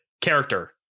character